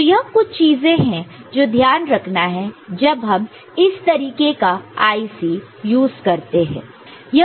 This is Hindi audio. तो यह कुछ चीजें हैं जो ध्यान रखना है जब हम इस तरीके का IC यूज करते हैं